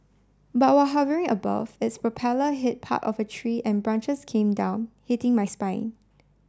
but while hovering above its propeller hit part of a tree and branches came down hitting my spine